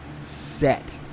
set